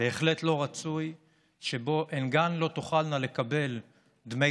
בהחלט לא רצוי שבו הן גם לא תוכלנה לקבל דמי